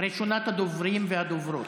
ראשונת הדוברים והדוברות.